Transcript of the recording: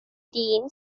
dean